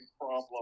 problem